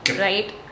right